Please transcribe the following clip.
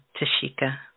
Tashika